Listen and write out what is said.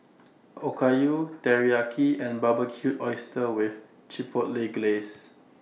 Okayu Teriyaki and Barbecued Oysters with Chipotle Glaze